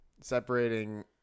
separating